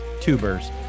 tubers